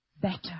better